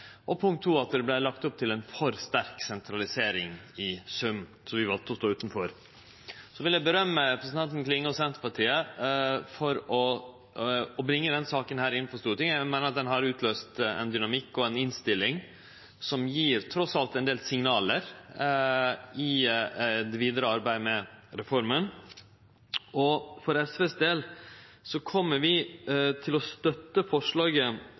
og, punkt 2, at det vart lagt opp til ei for sterk sentralisering i sum. Så vi valde å stå utanfor. Så vil eg gje ros til representanten Klinge og Senterpartiet for å bringe denne saka inn for Stortinget. Eg meiner at ho har utløyst ein dynamikk og ei innstilling som trass i alt gjev ein del signal i det vidare arbeidet med reforma. For SVs del kjem vi til å støtte